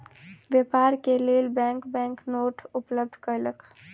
व्यापार के लेल बैंक बैंक नोट उपलब्ध कयलक